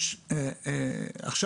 עכשיו